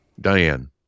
Diane